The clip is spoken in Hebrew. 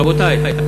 רבותי.